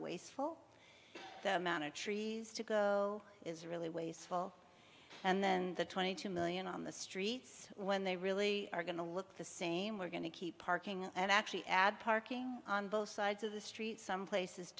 wasteful the amount of trees to go is really wasteful and then the twenty two million on the streets when they really are going to look the same we're going to keep parking and actually add parking on both sides of the street some places